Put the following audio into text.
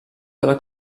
dalla